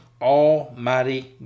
almighty